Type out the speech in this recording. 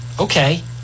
okay